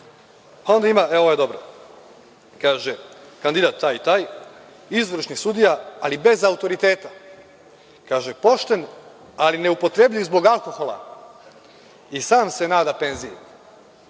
Onda ima, e, ovo je dobro. Kaže – kandidat taj i taj, izvršni sudija, ali bez autoriteta. Kaže – pošten, ali neupotrebljiv zbog alkohola, i sam se nada penziji.